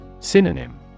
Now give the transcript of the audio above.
Synonym